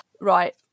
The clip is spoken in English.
right